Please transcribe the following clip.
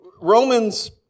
Romans